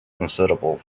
unsuitable